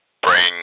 bring